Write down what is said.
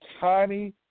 tiny